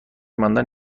ماندن